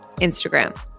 Instagram